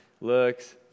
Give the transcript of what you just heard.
looks